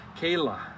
Kayla